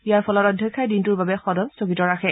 ইয়াৰ ফলত অধ্যক্ষই দিনটোৰ বাবে সদন স্থগিত ৰাখে